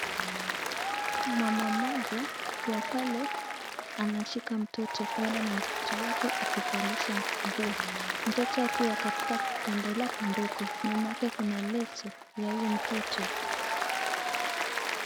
Mama mmoja akiwa pale anashika mtoto huenda ni mtoto wake akimvalisha nguo, mtoto akiwa katika kitanda yake ndogo nyuma yake kuna leso ya huyo mtoto.